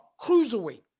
cruiserweight